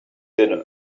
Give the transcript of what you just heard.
dinner